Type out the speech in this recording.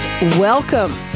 Welcome